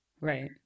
Right